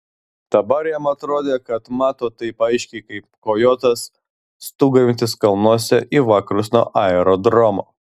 dabar jam atrodė kad mato taip aiškiai kaip kojotas stūgaujantis kalnuose į vakarus nuo aerodromo